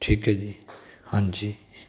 ਠੀਕ ਹੈ ਜੀ ਹਾਂਜੀ